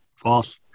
false